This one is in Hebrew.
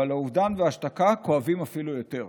אבל האובדן וההשתקה כואבים אפילו יותר.